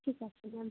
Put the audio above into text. ঠিক আছে ম্যাম